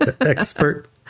expert